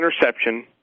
interception